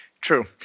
True